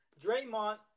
Draymond